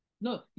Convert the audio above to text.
No